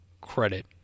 credit